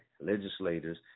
legislators